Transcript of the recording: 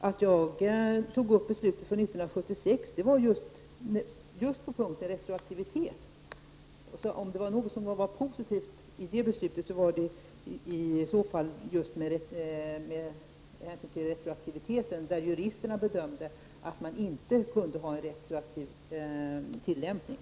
Att jag tog upp beslutet från 1976 hade samband med frågan om retroaktiviteten. Om något var positivt i det beslutet var det just att juristerna bedömde att man inte kunde ha en retroaktiv lagtillämpning.